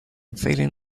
feeling